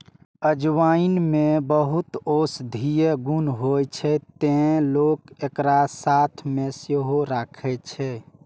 अजवाइन मे बहुत औषधीय गुण होइ छै, तें लोक एकरा साथ मे सेहो राखै छै